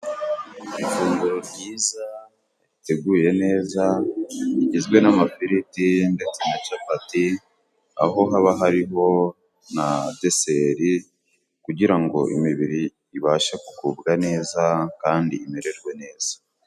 Ifunguro ryiza riteguye neza rigizwe n'amafiriti ndetse na capati ,aho haba hariho na deseri kugira ngo imibiri ibashe kugubwa neza kandi imererwe neza.